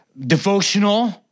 devotional